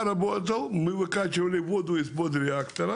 ביטוח חיים גם כן יש בעיה,